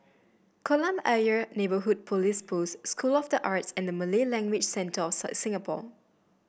Kolam Ayer Neighbourhood Police Post School of the Arts and Malay Language Centre Singapore